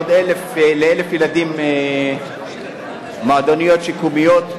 ל-1,000 ילדים מועדוניות שיקומיות,